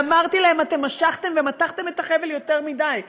ואמרתי להם: אתם משכתם ומתחתם את החבל יותר מדי.